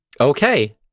Okay